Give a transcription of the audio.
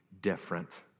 different